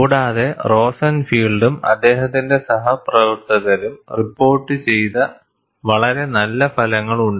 കൂടാതെ റോസൻഫീൽഡും അദ്ദേഹത്തിന്റെ സഹപ്രവർത്തകരും റിപ്പോർട്ടു ചെയ്ത വളരെ നല്ല ഫലങ്ങൾ ഉണ്ട്